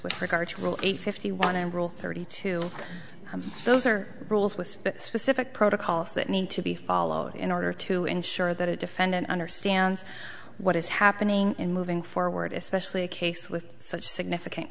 with regard to rule eight fifty one and rule thirty two those are rules with specific protocols that need to be followed in order to ensure that a defendant understands what is happening in moving forward especially a case with such significant